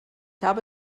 habe